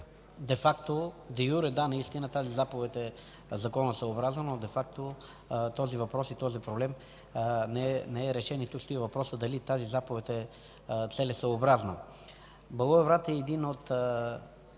де юре – да, наистина тази заповед е законосъобразна, но де факто този въпрос, този проблем не е решен. Тук стои въпросът дали тази заповед е целесъобразна. Благоевград е един от